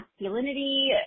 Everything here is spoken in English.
masculinity